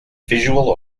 visual